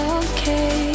okay